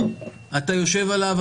אתה יושב עליו,